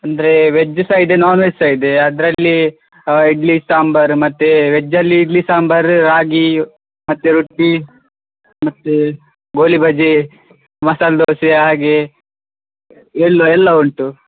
ಅಂದರೆ ವೆಜ್ ಸಹ ಇದೆ ನಾನ್ವೆಜ್ ಸಹ ಇದೆ ಅದರಲ್ಲಿ ಇಡ್ಲಿ ಸಾಂಬಾರು ಮತ್ತು ವೆಜ್ಜಲ್ಲಿ ಇಡ್ಲಿ ಸಾಂಬಾರು ರಾಗಿ ಮತ್ತು ರೊಟ್ಟಿ ಮತ್ತು ಗೋಲಿಬಜೆ ಮಸಾಲೆ ದೋಸೆ ಹಾಗೆ ಎಲ್ಲ ಎಲ್ಲ ಉಂಟು